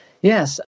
Yes